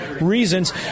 Reasons